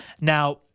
Now